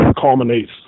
culminates